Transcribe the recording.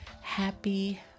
Happy